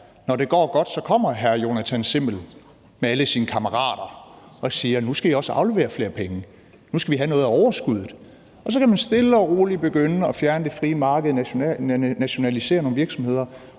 Når det går godt, kommer hr. Jonathan Simmel med alle sine kammerater og siger, at nu skal I også aflevere flere penge, og nu skal vi have noget af overskuddet, og så kan man stille og roligt begynde at fjerne det frie marked og nationalisere nogle virksomheder.